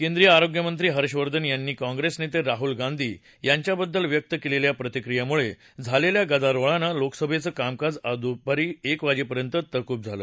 केंद्रीय आरोग्य मंत्री हर्षवर्धन यांनी काँग्रेस नेते राहुल गांधी यांच्याबद्दल व्यक्त केलेल्या प्रतिक्रियेमुळे झालेल्या गदारोळानं लोकसभेचं कामकाज आज दुपारी एक वाजेपर्यंत तहकूब झालं